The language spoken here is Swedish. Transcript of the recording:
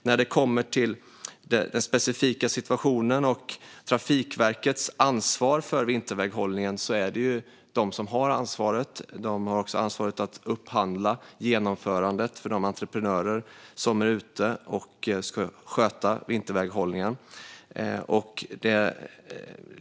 När det kommer till den specifika situationen är det ju Trafikverket som har ansvar för vinterväghållningen. De har också ansvaret att upphandla genomförandet genom de entreprenörer som är ute och ska sköta vinterväghållningen.